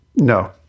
No